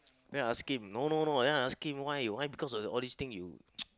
then I ask him no no no then I ask him why why because of all these things you